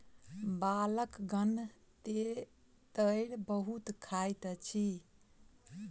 बालकगण तेतैर बहुत खाइत अछि